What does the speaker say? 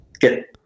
get